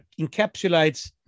encapsulates